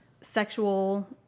sexual